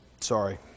sorry